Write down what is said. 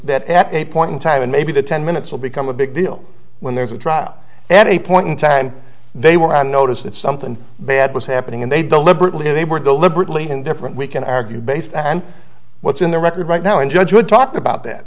that at a point in time and maybe the ten minutes will become a big deal when there's a trial and a point in time they were on notice that something bad was happening and they deliberately they were deliberately indifferent we can argue based and what's in the record right now and judge would talk about that